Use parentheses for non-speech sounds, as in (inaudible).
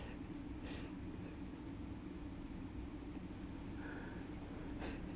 (laughs)